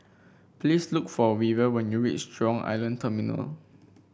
please look for Weaver when you reach Jurong Island Terminal